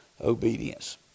obedience